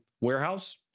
warehouse